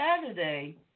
Saturday